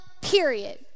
period